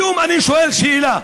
לסיום אני שואל שאלה: